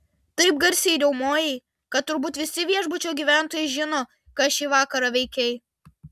taip garsiai riaumojai kad turbūt visi viešbučio gyventojai žino ką šį vakarą veikei